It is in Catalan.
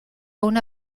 una